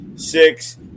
Six